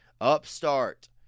Upstart